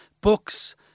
books